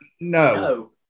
No